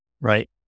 Right